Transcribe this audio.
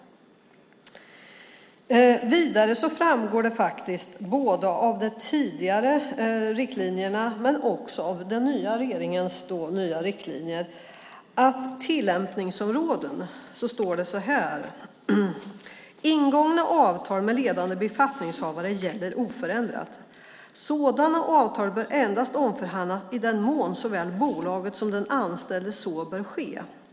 Vidare framgår något ytterligare både av de tidigare riktlinjerna och av den nya regeringens nya riktlinjer om tillämpningsområden. Det står så här: Ingångna avtal med ledande befattningshavare gäller oförändrat. Sådana avtal bör endast omförhandlas i den mån såväl bolaget som den anställde anser att så bör ske.